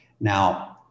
Now